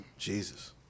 Jesus